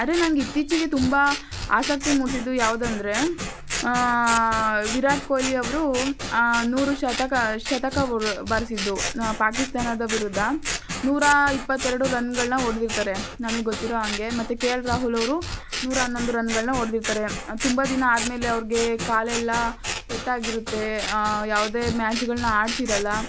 ಆದರೆ ನನ್ಗೆ ಇತ್ತೀಚೆಗೆ ತುಂಬ ಆಸಕ್ತಿ ಮೂಡಿಸಿದ್ದು ಯಾವುದಂದ್ರೆ ವಿರಾಟ್ ಕೊಹ್ಲಿ ಅವರು ನೂರು ಶತಕ ಶತಕ ಬಾರಿಸಿದ್ದು ಪಾಕಿಸ್ತಾನದ ವಿರುದ್ದ ನೂರ ಇಪ್ಪತ್ತೆರಡು ರನ್ಗಳನ್ನ ಹೊಡ್ದಿರ್ತರೆ ನಮಗ್ ಗೊತ್ತಿರುವಾಗೆ ಮತ್ತು ಕೆ ಎಲ್ ರಾಹುಲವರು ನೂರ ಹನ್ನೊಂದು ರನ್ಗಳನ್ನ ಹೊಡ್ದಿರ್ತರೆ ತುಂಬ ದಿನ ಆದ ಮೇಲೆ ಅವ್ರಿಗೆ ಕಾಲೆಲ್ಲ ಪೆಟ್ಟಾಗಿರುತ್ತೆ ಯಾವುದೇ ಮ್ಯಾಚ್ಗಳನ್ನ ಆಡ್ತಿರಲ್ಲ